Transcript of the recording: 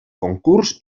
concurs